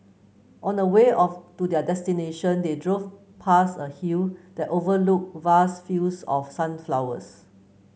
on the way of to their destination they drove past a hill that overlooked vast fields of sunflowers